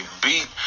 beat